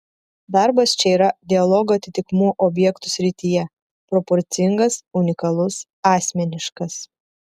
darbas čia yra dialogo atitikmuo objektų srityje proporcingas unikalus asmeniškas